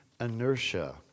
inertia